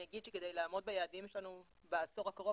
אני אגיד שכדי לעמוד ביעדים שלנו בעשור הקרוב